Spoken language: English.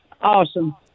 awesome